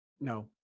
No